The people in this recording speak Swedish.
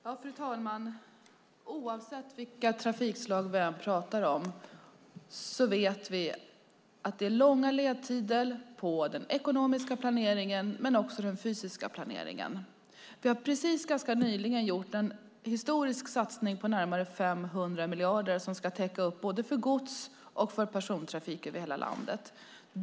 Fru talman! Oavsett vilka trafikslag vi pratar om vet vi att det är långa ledtider i den ekonomiska planeringen men också i den fysiska planeringen. Vi har ganska nyligen gjort en historisk satsning på närmare 500 miljarder som ska täcka upp både för gods och för persontrafik över hela landet.